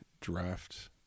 draft